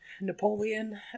napoleon